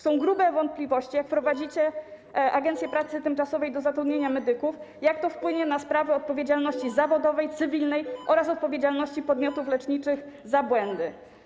Są duże wątpliwości, jak wprowadzicie agencję pracy tymczasowej do zatrudnienia medyków, jak to wpłynie na sprawy odpowiedzialności zawodowej, cywilnej oraz odpowiedzialności podmiotów leczniczych za błędy.